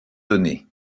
donnée